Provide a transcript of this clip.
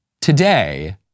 Today